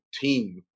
team